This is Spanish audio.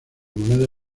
moneda